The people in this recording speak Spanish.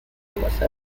pasar